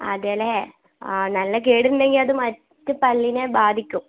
അതേല്ലേ ആ നല്ല കേടുണ്ടെങ്കില് അത് മറ്റു പല്ലിനെ ബാധിക്കും